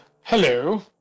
hello